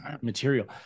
material